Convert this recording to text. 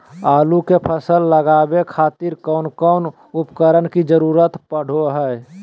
आलू के फसल लगावे खातिर कौन कौन उपकरण के जरूरत पढ़ो हाय?